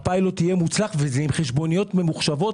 הפיילוט יהיה מוצלח וזה עם חשבוניות ממוחשבות.